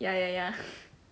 ya ya ya